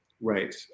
Right